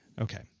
Okay